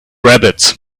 rabbits